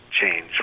change